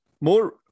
More